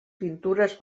pintures